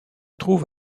trouve